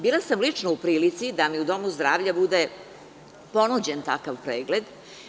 Bila sam lično u prilici da mi u domu zdravlja bude ponuđen takav pregled.